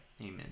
Amen